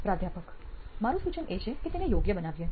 પ્રાધ્યાપક મારુ સૂચન એ છે કે તેને યોગ્ય બનાવીએ